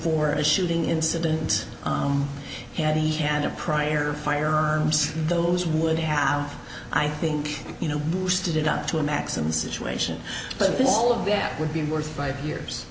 for a shooting incident had he had a prior firearms those would have i think you know bush did it up to a maximum situation but all of that would be worth five years